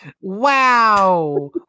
Wow